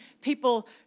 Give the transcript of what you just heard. people